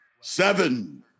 seven